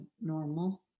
normal